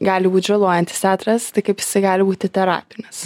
gali būt žalojantis teatras tai kaip jisai gali būti terapinis